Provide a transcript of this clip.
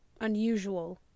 unusual